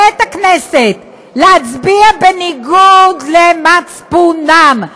ואת הכנסת, להצביע בניגוד למצפונם.